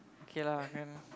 K lah then